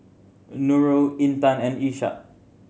Nurul Intan and Ishak